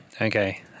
Okay